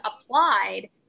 applied